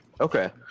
okay